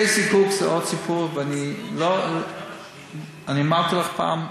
בתי-הזיקוק זה עוד סיפור, ואני אמרתי לך פעם: